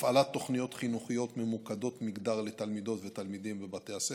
הפעלת תוכניות חינוכיות ממוקדות מגדר לתלמידות ותלמידים בבתי הספר,